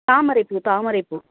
தாமரைப்பூ தாமரைப்பூ